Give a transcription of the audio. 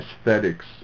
aesthetics